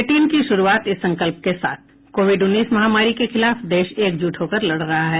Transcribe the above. bulletin की शुरूआत इस संकल्प के साथ कोविड उन्नीस महामारी के खिलाफ देश एकजुट होकर लड़ रहा है